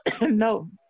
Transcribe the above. No